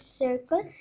circle